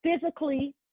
physically